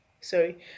Sorry